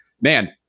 man